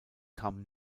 kam